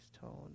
tone